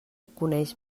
coneix